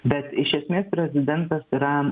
bet iš esmės prezidentas yra